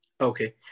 Okay